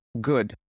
Good